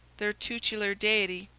their tutelar deity,